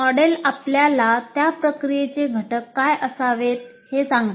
model आपल्याला त्या प्रक्रियेचे घटक काय असावेत हे सांगते